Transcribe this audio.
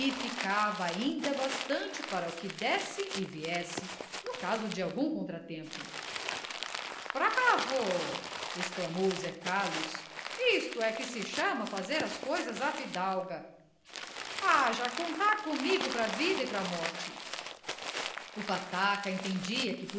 ficava ainda bastante para o que desse e viesse no caso de algum contratempo bravo exclamou zé carlos isto é o que se chama fazer as coisas à fidalga haja contar comigo pra vida e pra morte o pataca entendia que